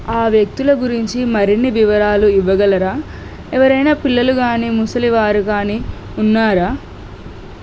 ఆ వ్యక్తుల గురించి మరిన్ని వివరాలు ఇవ్వగలరా ఎవరైనా పిల్లలు కానీ ముసలివారు కానీ ఉన్నారా